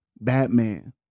Batman